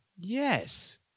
Yes